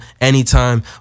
anytime